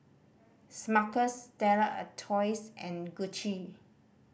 Smuckers Stella Artois and Gucci